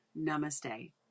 namaste